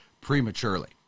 prematurely